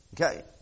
Okay